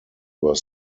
were